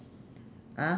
ah